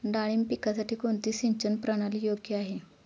डाळिंब पिकासाठी कोणती सिंचन प्रणाली योग्य आहे?